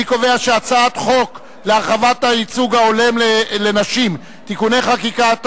אני קובע שהצעת חוק להרחבת הייצוג ההולם לנשים (תיקוני חקיקה),